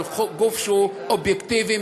אבל גוף שהוא אובייקטיבי,